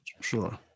Sure